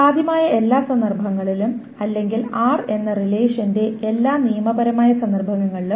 സാധ്യമായ എല്ലാ സന്ദർഭങ്ങളിലും അല്ലെങ്കിൽ r എന്ന റിലേഷന്റെ എല്ലാ നിയമപരമായ സന്ദർഭങ്ങളിലും